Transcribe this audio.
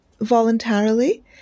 voluntarily